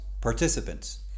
Participants